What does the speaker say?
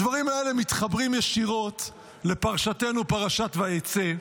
הדברים האלה מתחברים ישירות לפרשתנו, פרשת ויצא.